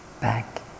back